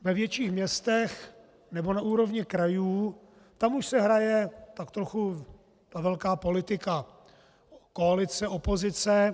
Ve větších městech nebo na úrovni krajů se už hraje tak trochu ta velká politika koalice opozice.